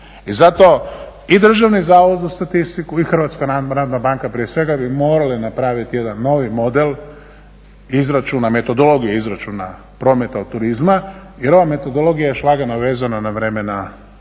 I zato i Državni zavod za statistiku i HNB prije svega bi morali napraviti jedan novi model izračuna, metodologiju izračuna prometa od turizma jer ova metodologija je još lagano vezana na vremena